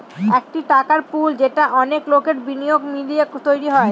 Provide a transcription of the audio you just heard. একটি টাকার পুল যেটা অনেক লোকের বিনিয়োগ মিলিয়ে তৈরী হয়